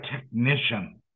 technician